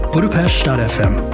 Budapest.fm